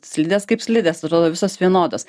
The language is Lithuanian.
slidės kaip slidės atrodo visos vienodos